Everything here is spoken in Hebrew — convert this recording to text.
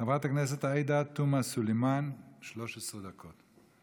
חברת הכנסת עאידה תומא סלימאן, 13 דקות.